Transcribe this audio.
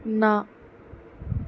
ਨਾ